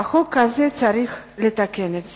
החוק הזה צריך לתקן את זה.